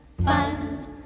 fun